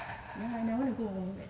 ya and I want to go !wah! !wah! wet